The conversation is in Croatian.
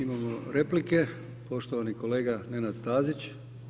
Imamo replike, poštovani kolega Nenad Stazić.